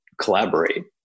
collaborate